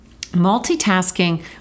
multitasking